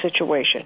situation